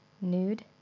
nude